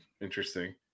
Interesting